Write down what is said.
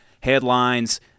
headlines